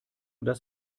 das